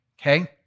Okay